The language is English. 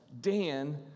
Dan